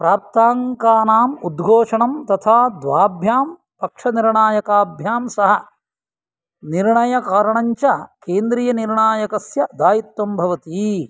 प्राप्ताङ्कानाम् उद्घोषणं तथा द्वाभ्यां पक्षनिर्णायकाभ्यां सह निर्णयकरणं च केन्द्रीयनिर्णायकस्य दायित्वं भवति